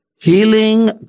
Healing